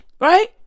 right